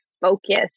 focus